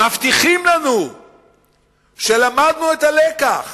מבטיחים לנו שלמדנו את הלקח